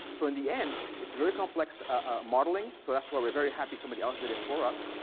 so in the end, it's very complex modeling. so that's why we're very happy somebody else did it for us.